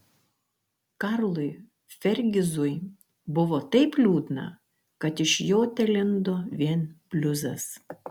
karlui fergizui buvo taip liūdna kad iš jo telindo vien bliuzas